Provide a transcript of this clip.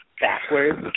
backwards